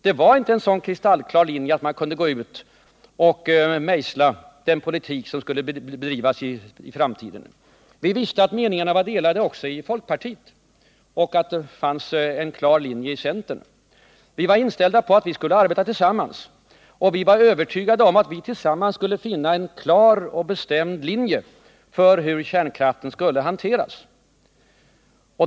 Vi hade inte en så kristallklar linje att vi kunde gå ut och mejsla den politik som skulle bedrivas i framtiden. Vi visste att meningarna var delade också inom folkpartiet men att man inom centern hade en klar och bestämd negativ syn. Vi var inställda på att vi skulle arbeta tillsammans, och vi var övertygade om att vi tillsammans skulle finna en klar och bestämd linje för hur kärnkraften skulle hanteras.